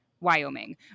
Wyoming